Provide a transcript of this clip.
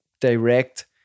direct